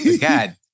God